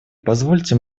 позвольте